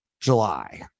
July